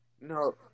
No